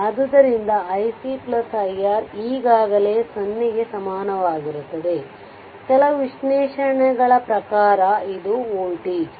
ಆದ್ದರಿಂದ iC iR ಈಗಾಗಲೇ 0 ಕ್ಕೆ ಸಮನಾಗಿರುತ್ತದೆ ಕೆಲವು ವಿಶ್ಲೇಷಣೆಗಳ ಪ್ರಕಾರ ಇದು r ವೋಲ್ಟೇಜ್